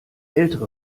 ältere